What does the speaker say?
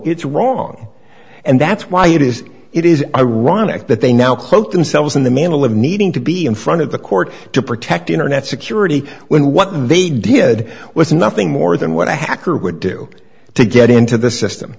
it's wrong and that's why it is it is ironic that they now cloak themselves in the mantle of needing to be in front of the court to protect internet security when what they did was nothing more than what i had who would do it to get into the system